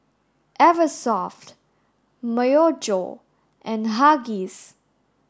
Eversoft Myojo and Huggies